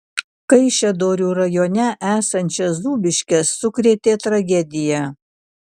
kaišiadorių rajone esančias zūbiškes sukrėtė tragedija